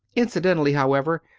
inci dentally, however,